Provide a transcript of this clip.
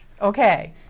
okay